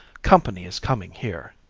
company is coming here.